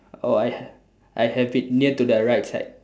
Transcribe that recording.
oh I I have it near to the right side